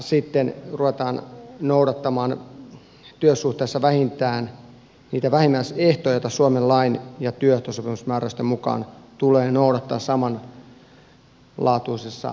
sitten ruvetaan noudattamaan työsuhteessa vähintään niitä vähimmäisehtoja joita suomen lain ja työehtosopimusmääräysten mukaan tulee noudattaa samanlaatuisessa työssä